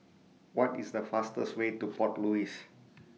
What IS The fastest Way to Port Louis